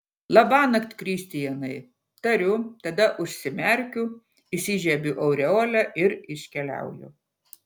labanakt kristianai tariu tada užsimerkiu įsižiebiu aureolę ir iškeliauju